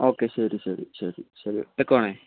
okay ശരി ശരി ശരി വെക്കുവാണേ